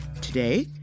Today